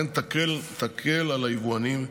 אכן תקל על היבואנים,